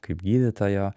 kaip gydytojo